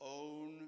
own